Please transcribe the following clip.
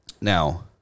Now